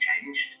changed